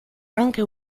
anche